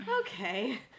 Okay